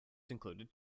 included